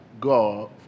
God